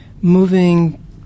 moving